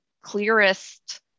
clearest